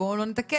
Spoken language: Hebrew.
בואו לא נתקן.